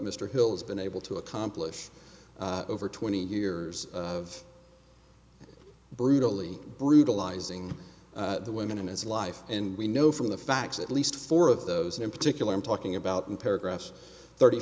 mr hill has been able to accomplish over twenty years of brutally brutalizing the women in his life and we know from the facts at least four of those in particular i'm talking about in paragraphs thirty